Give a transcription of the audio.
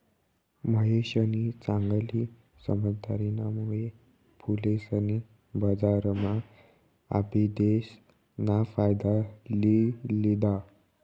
महेशनी चांगली समझदारीना मुळे फुलेसनी बजारम्हा आबिदेस ना फायदा लि लिदा